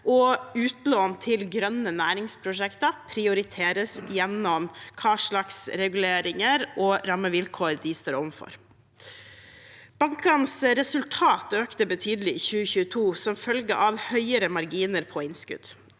utlån til grønne næringsprosjekter prioriteres gjennom hva slags reguleringer og rammevilkår de står overfor. Bankenes resultat økte betydelig i 2022 som følge av høyere marginer på innskudd.